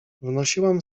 wnosiłam